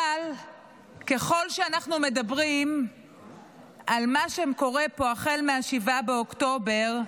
אבל ככל שאנחנו מדברים על מה שקורה פה החל מ-7 באוקטובר,